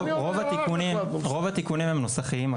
רוב התיקונים --- אז אני אומר --- רוב התיקונים הם נוסחיים,